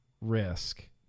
risk